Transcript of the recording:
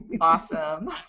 Awesome